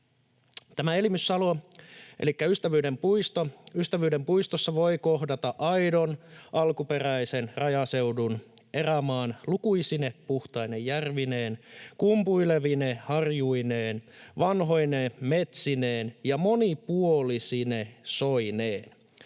Elimyssalolla, elikkä Ystävyyden puistossa, voi kohdata aidon, alkuperäisen rajaseudun erämaan lukuisine puhtaine järvineen, kumpuilevine harjuineen, vanhoine metsineen ja monipuolisine soineen.